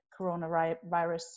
coronavirus